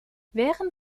während